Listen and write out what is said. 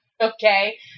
okay